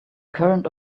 current